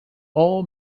all